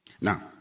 Now